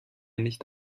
nicht